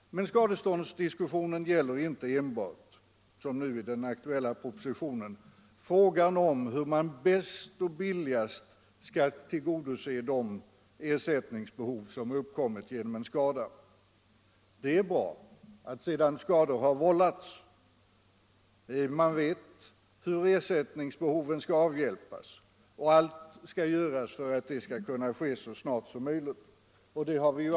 Men skadeståndsdiskussionen gäller inte enbart, som i den aktuella skadeståndslagen, propositionen, frågan hur man bäst och billigast skall tillgodose de ersättningsbehov som uppkommit genom en skada. Det är bra att man, sedan skador har vållats, vet hur ersättningsbehoven skall tillgodoses, och att allt görs för att det skall kunna ske så snart som möjligt.